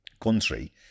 country